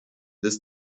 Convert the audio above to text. this